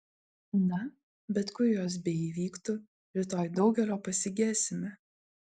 na bet kur jos beįvyktų rytoj daugelio pasigesime